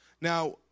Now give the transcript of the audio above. Now